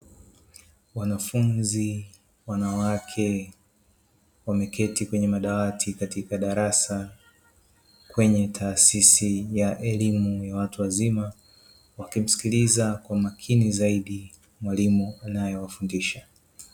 Wanafunzi wanawake wameketi kwenye madawati katika darasa kwenye taasisi ya elimu ya watu wazima, wakimsikiliza kwa makini zaidi mwalimu anayewafundisha.